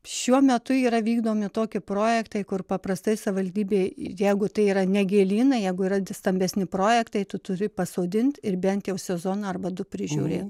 šiuo metu yra vykdomi tokie projektai kur paprastai savivaldybė jeigu tai yra ne gėlynai jeigu yra stambesni projektai tu turi pasodint ir bent jau sezoną arba du prižiūrėt